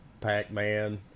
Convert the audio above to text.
Pac-Man